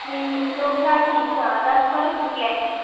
ਨਹੀਂ ਨਹੀਂ ਦੋ ਹਜ਼ਾਰ ਠੀਕ ਆ ਦਸ ਬਾਰਾਂ ਸੂਟ ਲੈਣੇ